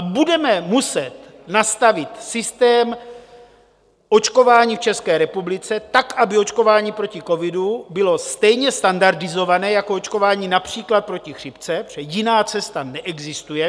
Budeme muset nastavit systém očkování v České republice tak, aby očkování proti covidu bylo stejně standardizované jako očkování například proti chřipce, protože jiná cesta neexistuje.